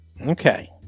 Okay